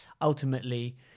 ultimately